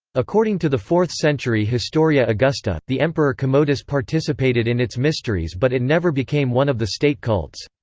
according to the fourth century historia augusta, the emperor commodus participated in its mysteries but it never became one of the state cults.